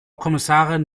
kommissarin